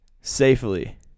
safely